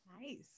nice